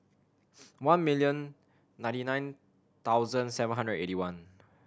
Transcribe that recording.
one million ninety nine thousand seven hundred eighty one